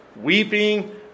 weeping